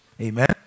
amen